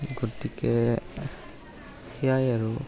গতিকে সেয়াই আৰু